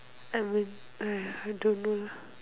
I mean uh I don't know lah